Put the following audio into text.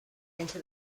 into